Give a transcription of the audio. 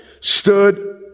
stood